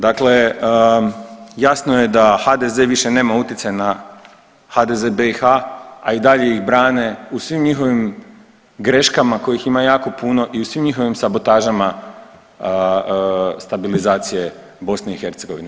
Dakle, jasno je da HDZ više nema utjecaja na HDZ BiH, a i dalje ih brane u svim njihovim greškama kojih ima jako puno i u svim njihovim sabotažama stabilizacije BiH.